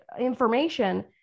information